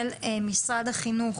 של משרד החינוך.